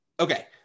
Okay